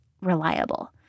reliable